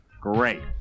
Great